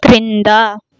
క్రింద